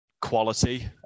quality